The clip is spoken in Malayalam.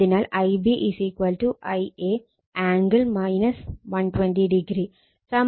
അതിനാൽ Ib Ia ആംഗിൾ 120o